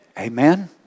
Amen